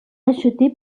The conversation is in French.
acheté